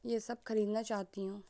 यह सब खरीदना चाहती हूँ